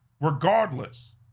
regardless